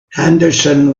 henderson